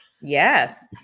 Yes